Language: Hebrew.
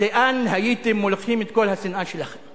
לאן הייתם מוליכים את כל השנאה שלכם?